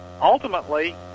ultimately